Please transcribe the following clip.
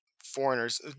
foreigners